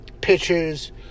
Pictures